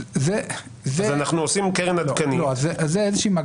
אז אנחנו עושים קרן עדכנית --- אני אסביר.